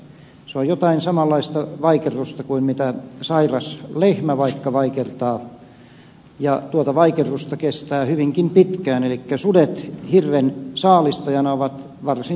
se on jotain samanlaista vaikerrusta kuin mitä sairas lehmä vaikka vaikertaa ja tuota vaikerrusta kestää hyvinkin pitkään elikkä sudet hirven saalistajana ovat varsin julmaa joukkoa